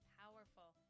powerful